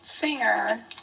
Singer